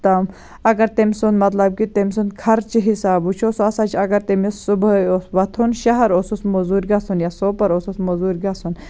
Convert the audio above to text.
اگر تٔمۍ سُنٛد مَطلَب کہِ تٔمۍ سُنٛد خَرچہِ حِساب وٕچھو سُہ ہَسا چھُ اگر تمِس صُبحٲے اوس وۄتھُن شَہَر اوسُس موٚزورۍ گَژھُن یا سوپَر اوسُس موٚزورۍ گَژھُن